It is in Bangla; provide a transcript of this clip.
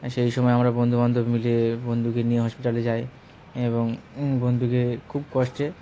সেই সময় আমরা বন্ধুবান্ধব মিলে বন্ধুকে নিয়ে হসপিটালে যাই এবং বন্ধুকে খুব কষ্টে